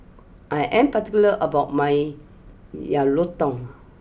I am particular about my Yang Rou Tang